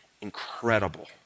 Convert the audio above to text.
incredible